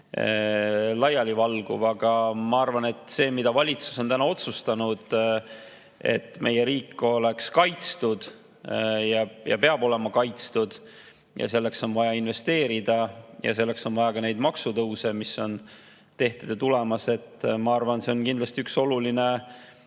laialivalguv. Aga ma arvan, et selleks, mida valitsus on otsustanud, et meie riik oleks kaitstud – ja peab olema kaitstud –, on vaja investeerida. Selleks on vaja ka maksutõuse, mis on tehtud ja tulemas. Ma arvan, et see on kindlasti üks oluline